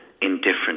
indifferent